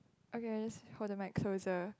okay I just hold the mic closer